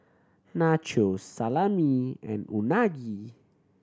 Nachos Salami and Unagi